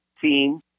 team